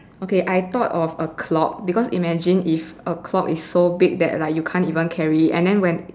okay I thought of a clock because imagine if a clock is so big that like you can't even carry it and then when